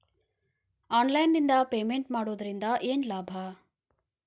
Online ನಿಂದ payment ಮಾಡುವುದರಿಂದ ಏನು ಲಾಭ?